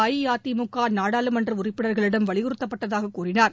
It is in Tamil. அஇஅதிமுக நாடாளுமன்ற உறுப்பினர்களிடம் வலியுறுத்தப்பட்டதாக கூறினார்